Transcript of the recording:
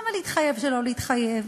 למה להתחייב שלא להתחייב?